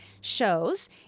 shows